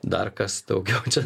dar kas daugiau čia